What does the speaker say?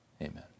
amen